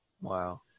wow